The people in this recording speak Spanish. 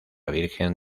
virgen